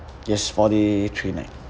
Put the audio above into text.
yes four day three night